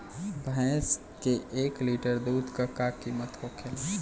भैंस के एक लीटर दूध का कीमत का होखेला?